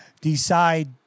decide